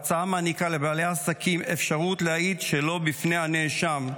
ההצעה מעניקה לבעלי העסקים אפשרות להעיד שלא בפני הנאשם.